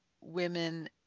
women